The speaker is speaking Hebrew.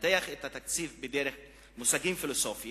ולנתח את התקציב במושגים פילוסופיים.